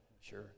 sure